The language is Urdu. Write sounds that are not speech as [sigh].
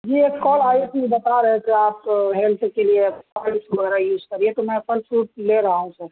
جی ایک کال آئی تھی بتا رہے تھے آپ کو ہیلتھ کے لیے [unintelligible] وغیرہ یوز کرئیے تو میں پھل فروٹ لے رہا ہوں سر